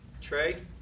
Trey